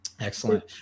excellent